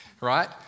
right